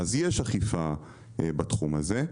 יש אכיפה בתחום הזה.